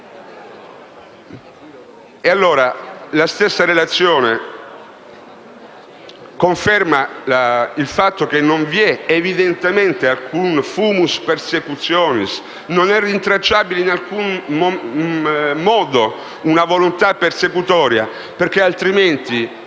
La stessa relazione conferma il fatto che non vi è evidentemente alcun *fumus persecutionis*, che non è rintracciabile in alcun modo una volontà persecutoria, perché altrimenti,